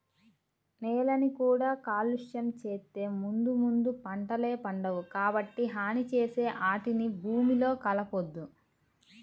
నేలని కూడా కాలుష్యం చేత్తే ముందు ముందు పంటలే పండవు, కాబట్టి హాని చేసే ఆటిని భూమిలో కలపొద్దు